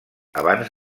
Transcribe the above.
abans